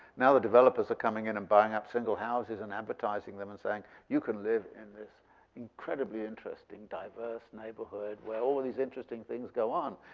now the developers are coming in and buying up single houses and advertising them and saying you can live in this incredibly interesting and diverse neighborhood, where all these interesting things go on.